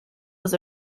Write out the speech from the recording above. was